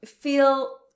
feel